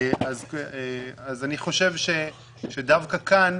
אני חושב שדווקא כאן,